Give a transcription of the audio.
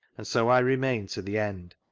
and so i remained to the end.